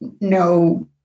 no